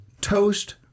Toast